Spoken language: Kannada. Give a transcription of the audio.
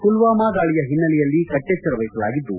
ಪುಲ್ವಾಮಾ ದಾಳಿಯ ಹಿನ್ನೆಲೆಯಲ್ಲಿ ಕಟ್ಟೆಚ್ಚರ ವಹಿಸಲಾಗಿದ್ದು